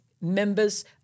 members